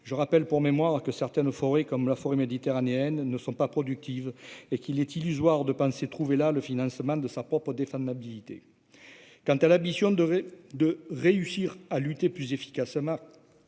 je rappelle pour mémoire que certaines forêts comme la forêt méditerranéenne ne sont pas productives et qu'il est illusoire de penser trouver là le financement de sa propre des femmes habilité quant à la mission devait de réussir à lutter plus efficace ma,